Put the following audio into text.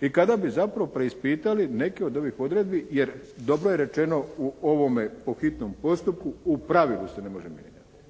i kada bi zapravo preispitali neke od ovih odredbi jer dobro je rečeno u ovome po hitnom postupku u pravilu se ne može mijenjati.